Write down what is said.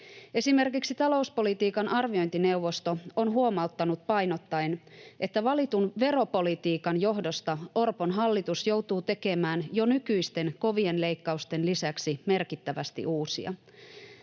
Esimerkiksi talouspolitiikan arviointineuvosto on huomauttanut painottaen, että valitun veropolitiikan johdosta Orpon hallitus joutuu tekemään jo nykyisten kovien leikkausten lisäksi merkittävästi uusia.